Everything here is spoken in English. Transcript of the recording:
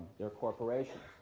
there are corporations.